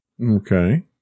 Okay